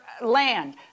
land